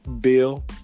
Bill